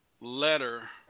letter